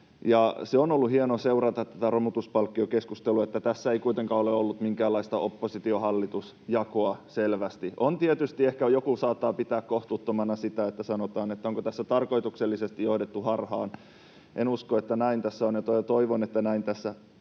On ollut hienoa seurata tätä romutuspalkkiokeskustelua, kun tässä ei kuitenkaan ole ollut selvästi minkäänlaista oppositio—hallitus-jakoa. Joku tietysti ehkä saattaa pitää tätä kohtuuttomana, kysytään, onko tässä tarkoituksellisesti johdettu harhaan. En usko, että näin on, ja toivon, että näin ei